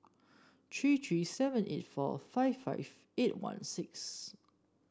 three three seven eight four five five eight one six